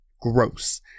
gross